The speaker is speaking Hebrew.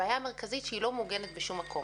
הבעיה המרכזית, שהיא לא מעוגנת בשום מקום.